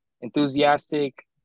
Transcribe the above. enthusiastic